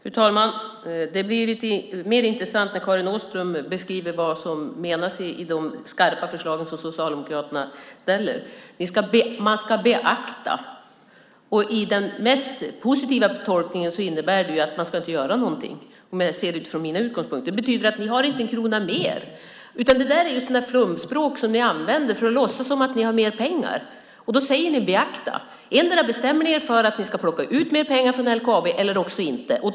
Fru talman! Det blir lite mer intressant när Karin Åström beskriver vad som menas i de skarpa förslag som Socialdemokraterna lägger fram. Man ska beakta, säger hon. I den mest positiva tolkningen innebär det att man inte ska göra någonting. Så ser jag det utifrån mina utgångspunkter. Det betyder att ni inte har en krona mer. Det är ett flumspråk som ni använder för att låtsas som om ni har mer pengar. Då säger ni "beakta". Antingen bestämmer ni er för att ni ska plocka ut mer pengar från LKAB eller också bestämmer ni er för att inte göra det.